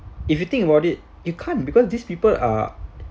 if you think about it you can't because these people are